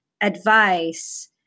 advice